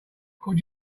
could